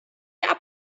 solche